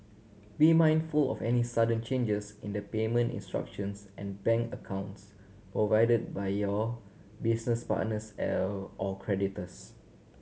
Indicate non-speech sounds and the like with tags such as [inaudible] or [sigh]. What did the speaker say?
be mindful of any sudden changes in the payment instructions and bank accounts provided by your business partners [unintelligible] or creditors